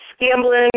gambling